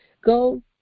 go